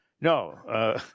No